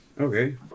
Okay